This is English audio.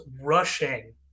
rushing